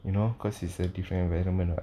you know cause it's a different environment lah